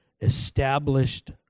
established